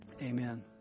amen